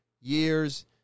years